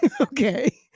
Okay